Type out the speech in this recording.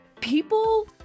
People